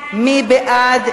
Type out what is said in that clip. מי בעד?